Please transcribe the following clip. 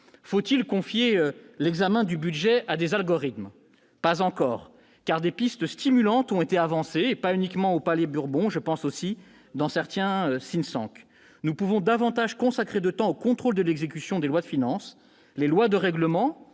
Faut-il confier l'examen du budget à des algorithmes ? Pas encore. Car des pistes stimulantes ont été avancées, pas uniquement au Palais-Bourbon, mais aussi dans certains. Ainsi, nous pouvons consacrer davantage de temps au contrôle de l'exécution des lois de finances. Les lois de règlement,